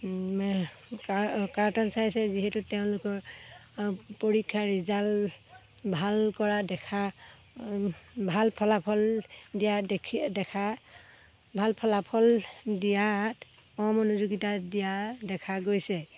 carton চাই চাই যিহেতু তেওঁলোকৰ পৰীক্ষাৰ ৰিজাল্ট ভাল কৰা দেখা ভাল ফলাফল দিয়া দেখি দেখা ভাল ফলাফল দিয়াত অমনোযোগিতা দিয়া দেখা গৈছে